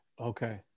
Okay